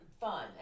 Fun